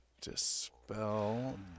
Dispel